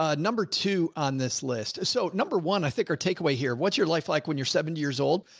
ah number two on this list. so number one, i think our takeaway here, what's your life like when you're seven years old,